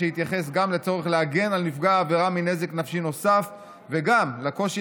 שיתייחס גם לצורך להגן על נפגע העבירה מנזק נפשי נוסף וגם לקושי